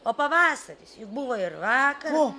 o pavasaris juk buvo ir vakar o